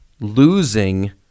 losing